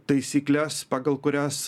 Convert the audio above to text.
taisykles pagal kurias